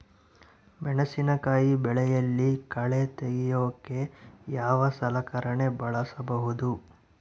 ಮೆಣಸಿನಕಾಯಿ ಬೆಳೆಯಲ್ಲಿ ಕಳೆ ತೆಗಿಯೋಕೆ ಯಾವ ಸಲಕರಣೆ ಬಳಸಬಹುದು?